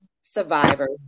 survivors